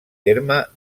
terme